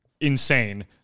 insane